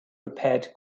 repaired